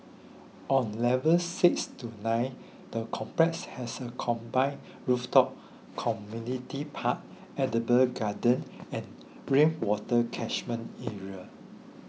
on levels six to nine the complex has a combined rooftop community park edible garden and rainwater catchment area